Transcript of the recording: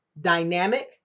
dynamic